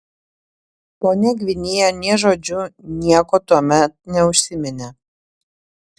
ponia gvinėja nė žodžiu nieko tuomet neužsiminė